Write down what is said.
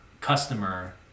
customer